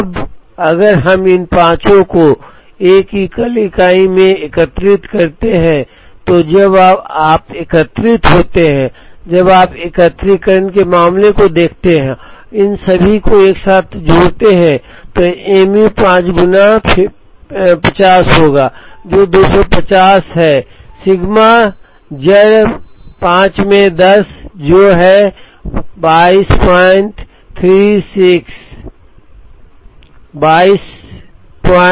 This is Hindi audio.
अब अगर हम इन पाँचों को एक एकल इकाई में एकत्रित करते हैं तो जब आप एकत्रित होते हैं जब आप एकत्रीकरण के मामले को देखते हैं और इन सभी को एक साथ जोड़ते हैं तो mu 5 गुना 50 होगा जो 250 है सिग्मा होगा जड़ 5 में 10 जो है 2236